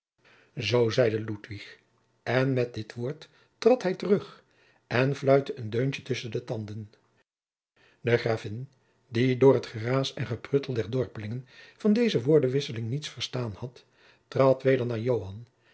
zoo zeide ludwig en met dit woord trad hij terug en fluitte een deuntje tusschen de tanden de gravin die door het geraas en gepruttel der dorpelingen van deze woordenwisseling niets verstaan had trad weder naar